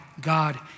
God